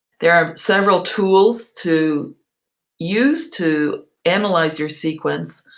there are several tools to use to analyze your sequence.